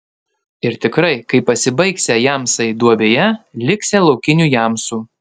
ir tikrai kai pasibaigsią jamsai duobėje liksią laukinių jamsų